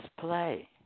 play